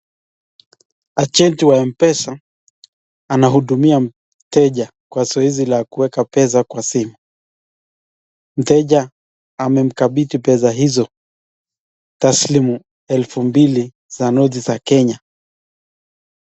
Agenti wa mpesa anahudumia mteja kwa zoezi ya kuweka pesa kwa simu, mteja amemkabithi pesa hizo taslimu elfu mbili za noti za kenya.